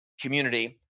community